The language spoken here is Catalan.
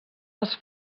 les